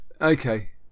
okay